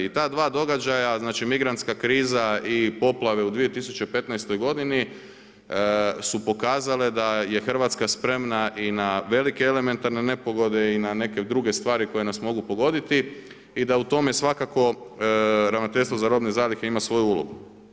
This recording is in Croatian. I ta dva događaja, znači migrantska kriza i poplave u 2015. godini su pokazale da je Hrvatska spremna i na velike elementarne nepogode i na neke druge stvari koje nas mogu pogoditi i da u tome svakako ravnateljstvo za robne zalihe ima svoju ulogu.